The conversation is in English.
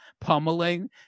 pummeling